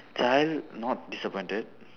child not disappointed